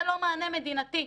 זה לא מענה מדינתי.